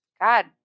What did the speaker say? God